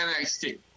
NXT